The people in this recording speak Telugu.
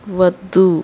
వద్దు